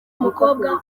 mukobwa